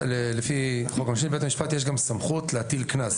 לפי חוק העונשין יש לבית המשפט סמכות גם להטיל קנס.